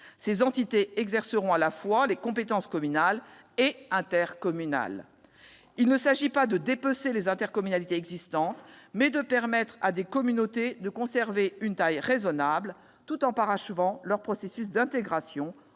Ces entités exerceront à la fois les compétences communales et les compétences intercommunales. Il s'agit non pas de dépecer des intercommunalités existantes, mais de permettre à des communautés de conserver une taille raisonnable, tout en parachevant leur processus d'intégration